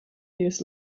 years